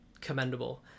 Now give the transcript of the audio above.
commendable